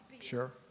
Sure